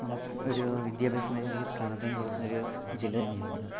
നമുക്ക് ഒരു വിദ്യാഭ്യാസ മേഖലയ്ക്ക് പ്രാധാന്യം കൊടുക്കുന്ന ഒരു ജില്ല തന്നെയാണ്